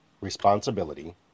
responsibility